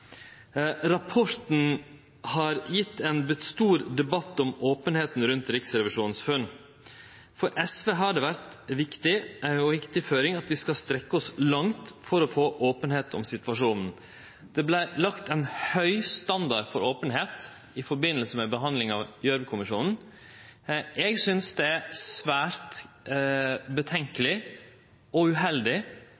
Rapporten har gjeve ein stor debatt om openheita rundt funna til Riksrevisjonen. For SV har det vore ei viktig føring at vi skal strekkje oss langt for å få openheit om situasjonen. Det vart lagt ein høg standard for openheit i samband med behandlinga av Gjørv-kommisjonen. Eg synest det er svært